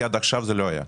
עד עכשיו זה לא היה.